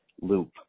loop